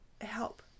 help